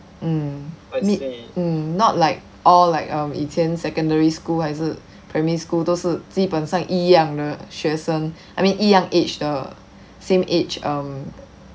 mm meet mm not like all like um 以前 secondary school 还是 primary school 都是基本上一样的学生 I mean 一样 age 的 same age um